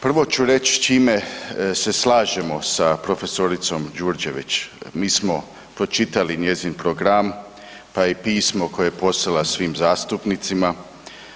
Prvo ću reć s čime se slažemo sa prof. Đurđević, mi smo pročitali njezin program, pa i pismo koje je poslala svim zastupnicima,